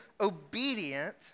obedient